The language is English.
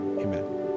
Amen